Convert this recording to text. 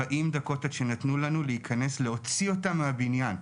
40 דקות עד שנתנו לנו להיכנס להוציא אותה מהבניין.